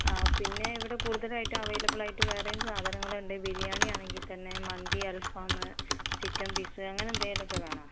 ആ പിന്നെ ഇവിടെ കൂടുതലായിട്ട് അവൈലബിള് ആയിട്ട് വേറെയും സാധനങ്ങൾ ഉണ്ട് ബിരിയാണി ആണെങ്കിൽ തന്നെ മന്തി അല്ഫാം ചിക്കന് പീസ് അങ്ങനെന്തെലുഒക്കെ വേണോ